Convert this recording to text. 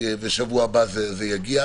ושבוע הבא זה יגיע.